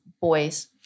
boys